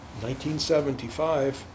1975